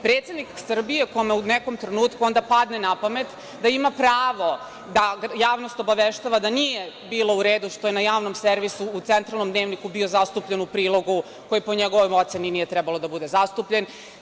Predsednike Srbije kome u nekom trenutku onda padne na pamet da ima pravo da javnost obaveštava da nije bilo u redu što je na javnom servisu u centralnom Dnevniku bio zastupljen u prilogu koji po njegovoj oceni nije trebalo da bude zastupljen.